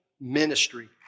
ministry